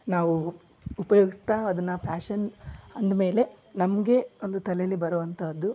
ನಾವು ಉಪ್ಯೋಗಿಸ್ತಾ ಅದನ್ನ ಫ್ಯಾಶನ್ ಅಂದ್ಮೇಲೆ ನಮಗೆ ಒಂದು ತಲೆಯಲ್ಲಿ ಬರೋವಂಥದ್ದು